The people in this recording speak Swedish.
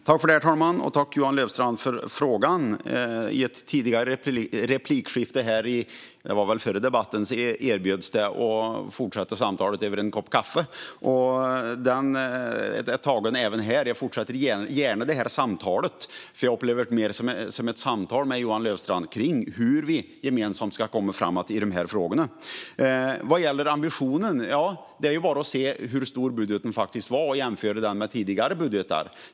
Herr talman! Jag tackar Johan Löfstrand för frågan. I ett tidigare replikskifte under den föregående debatten kom ett erbjudande om att fortsätta samtalet över en kopp kaffe. Jag fortsätter gärna även det här samtalet - jag upplever detta mer som ett samtal med Johan Löfstrand - om hur vi gemensamt ska gå framåt i frågorna. Sedan var det frågan om ambitionsnivån. Det är bara att se hur stor budgeten är och jämföra den med tidigare budgetar.